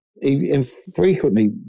infrequently